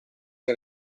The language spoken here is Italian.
che